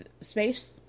Space